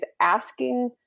asking